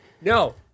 No